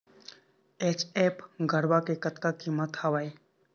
HF गरवा के कतका कीमत हवए?